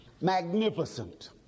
Magnificent